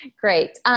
Great